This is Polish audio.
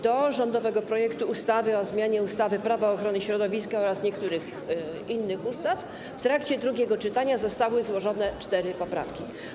Do rządowego projektu ustawy o zmianie ustawy - Prawo ochrony środowiska oraz niektórych innych ustaw w trakcie drugiego czytania zostały zgłoszone cztery poprawki.